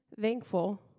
thankful